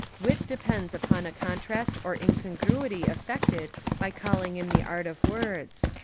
wit depends upon a contrast or incongruity effected by cauing in the art of words.